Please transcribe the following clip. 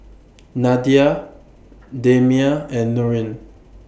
Nadia Damia and Nurin